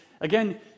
again